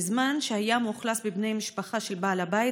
בזמן שהיה מאוכלס בבני משפחה של בעל הבית,